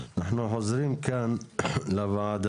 אנחנו חוזרים כאן לוועדה.